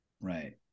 right